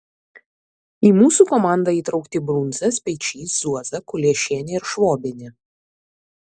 į mūsų komandą įtraukti brunza speičys zuoza kuliešienė ir švobienė